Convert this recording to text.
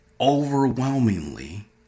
overwhelmingly